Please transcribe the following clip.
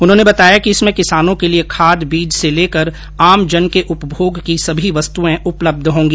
उन्होंने बताया कि इसमें किसानों के लिये खाद बीज से लेकर आमजन के उपभोग की सभी वस्तुएं उपलब्ध होगी